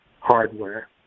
hardware